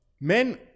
men